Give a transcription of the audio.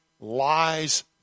lies